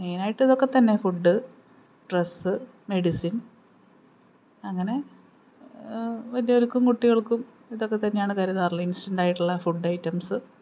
മെയിനായിട്ട് ഇതൊക്കെ തന്നെ ഫുഡ് ഡ്രസ്സ് മെഡിസിൻ അങ്ങനെ വലിയവര്ക്കും കുട്ടികൾക്കും ഇതൊക്കെ തന്നെയാണ് കരുതാറുള്ളത് ഇൻസ്റ്റൻറ്റായിട്ടുള്ള ഫുഡ് ഐറ്റംസ്